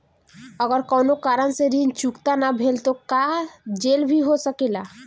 अगर कौनो कारण से ऋण चुकता न भेल तो का जेल भी हो सकेला?